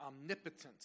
omnipotent